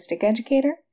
Educator